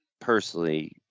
personally